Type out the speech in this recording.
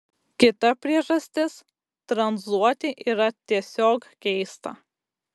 kita priežastis tranzuoti yra tiesiog keista